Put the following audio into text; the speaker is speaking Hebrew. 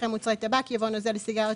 אחרי "מוצרי טבק" יבוא "נוזל לסיגריות